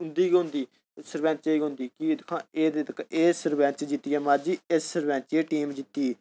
उंदी गै होंदी सरंपच दी गै होंदी दिक्खो हां एह् सरपैंच जित्ती गेआ महाराज जी इस सरपंच दी टीम जित्ती गेई